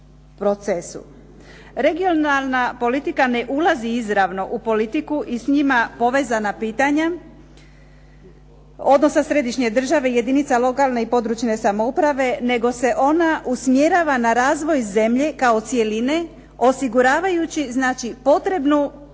Regionalna politika ne ulazi izravno u politiku i s njima povezana pitanja, odnosa središnje države i jedinice i područne samouprave, nego se ona usmjerava na razvoj zemlje kao cjeline, osiguravajući znači potrebnu